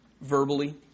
verbally